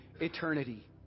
eternity